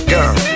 Girl